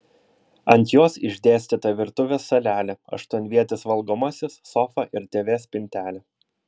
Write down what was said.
ant jos išdėstyta virtuvės salelė aštuonvietis valgomasis sofa ir tv spintelė